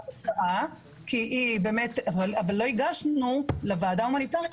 אבל לא הגשנו לוועדה ההומניטארית,